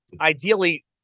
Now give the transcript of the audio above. ideally